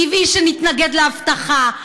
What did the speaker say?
טבעי שנתנגד לאבטחה.